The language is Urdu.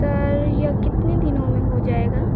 سر یہ کتنے دنوں میں ہو جائے گا